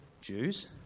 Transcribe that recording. Jews